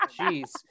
Jeez